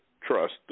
trust